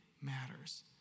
matters